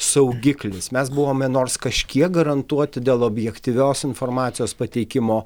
saugiklis mes buvome nors kažkiek garantuoti dėl objektyvios informacijos pateikimo